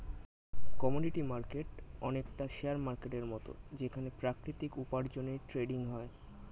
commodity market অনেকটা share মার্কেটের মত যেখানে প্রাকৃতিক উপার্জনের ট্রেডিং হয়